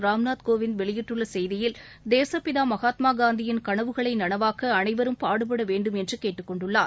ராம்நாத் கோவிந்த் வெளியிட்டுள்ளசெய்தியில் தேசப்பிதாமகாத்மாகாந்தியின் கனவுகளைநளவாக்கஅனைவரும் பாடுபடவேண்டும் என்றகேட்டுக் கொண்டுள்ளார்